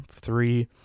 three